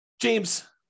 James